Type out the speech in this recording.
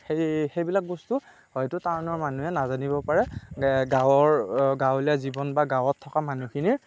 সেইবিলাক বস্তু হয়তু টাউনৰ মানুহে নাজানিবও পাৰে গাঁৱৰ গাঁৱলীয়া জীৱন বা গাঁৱত থকা মানুহখিনিয়ে